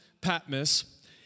Patmos